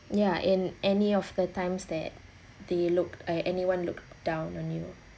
ya in any of the times that they looked eh anyone looked down on you